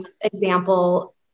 example